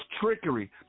trickery